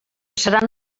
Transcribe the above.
seran